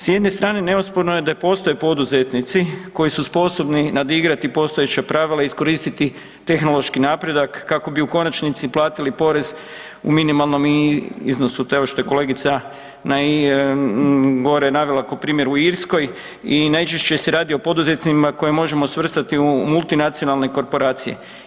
S jedne strane neosporno je da postoje poduzetnici koji su sposobni nadigrati postojeća pravila i iskoristiti tehnološki napredak kako bi u konačnici platili porez u minimalnom iznosu, to je ovo što je kolegica gore je navela ko primjer u Irskoj i najčešće se radi o poduzetnicima koje možemo svrstati u multinacionalne korporacije.